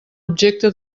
objecte